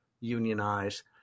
unionize